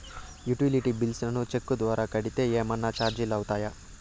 Utility bills ను cheque ద్వారా కట్టితే ఏమన్నా చార్జీలు అవుతాయా?